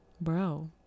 bro